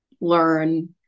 learn